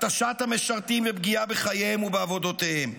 התשת המשרתים ופגיעה בחייהם ובעבודותיהם,